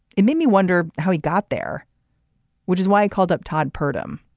it made me wonder how he got there which is why i called up todd purdum.